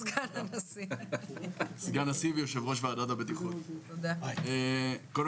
סגן נשיא ויושב-ראש ועדת הבטיחות של התאחדות בוני הארץ.